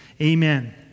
Amen